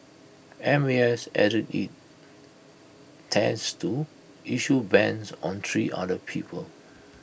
M A S added IT tends to issue bans on three other people